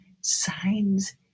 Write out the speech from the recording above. signs